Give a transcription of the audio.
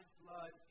blood